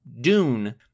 dune